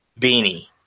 Beanie